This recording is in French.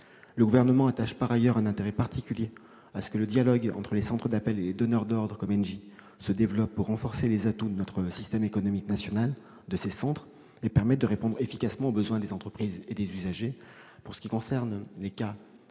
Le Gouvernement attache, en outre, un intérêt particulier à ce que le dialogue entre les centres d'appels et les donneurs d'ordres comme Engie se développe pour renforcer les atouts de notre système économique national et permettre à ces centres de répondre efficacement aux besoins des entreprises et des usagers. Je reviens sur les cas